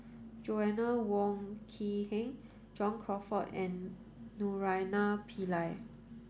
Joanna Wong Quee Heng John Crawfurd and Naraina Pillai